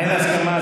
אין הסכמה,